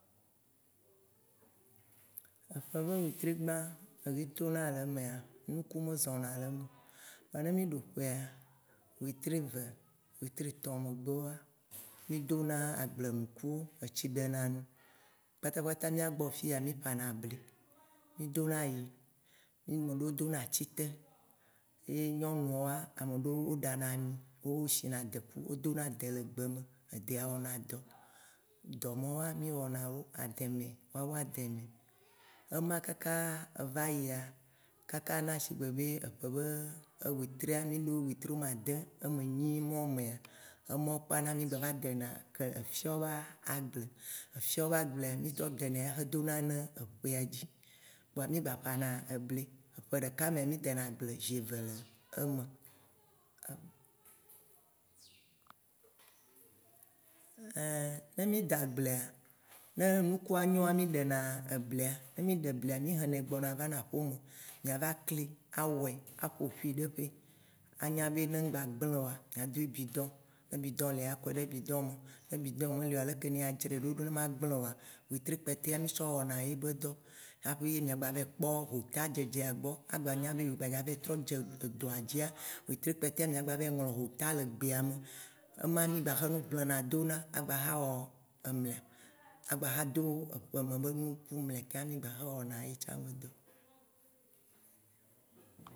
Eƒe be wetri gbã ke mì tona le emea, nuku me zɔ̃na le eme o vɔa ne mì ɖuƒea, wetri ve, wetri tɔ megbe woa, mì dona agblenukuwo. etsi ɖena nu kpata kpata. Mìagbɔ fiya, mì ƒana bli, mì dona ayi, ameɖewo dona atite, ye nyɔnuwoa, ame ɖewo ɖana ami, wosina deku wodona de le gbeme, edea wɔna dɔ. Dɔ mɔwoa, mì wɔna wo, ademɛ, woawu ademɛ. Ema kaka va yia, kaka na sigbe be eƒe be wetria, miɖo wetri ame ade, ame enyi mɔwo mea, emɔwo kpana mì gba va dena kele efiɔ ba agble. Efiɔ ba gblea mì trɔ dena ya hedona ne eƒeadzi. Kpoa mì gba ƒana ebli. Ƒe ɖeka mea, mì dena agble gi eve le eme. Ne mì de agblea, ne nukua nyoa, mì ɖena eblia, ne mì ɖe eblia, mì henɛ gbɔna vana axome. Mìava kli awɔɛ aƒoƒui ɖe ƒe, anya be ne mgba gblĩ oa, miadoe bidon, ne bidon lea, ya kɔɛ ɖe bidon me, ne bidon me li oa, leke ye adzrɛ ɖo ne magblĩ oa, wetri kpetɔa mì tsɔ wɔna yebe dɔ. Tsaƒe ye mĩagba va yi kpɔ hota dzedzea gbɔ, agba nya be yewo dza gba trɔ va yi dze dɔa dzia, wetri kpetɔa mìa gbava yi ŋlɔ hota le gbea me ema mì gba xɔ ʋlena dona agba xɔ wɔ emlea. Agba xa do aƒeme be nuku mlea ke mì gba va wɔna ye hã be dɔ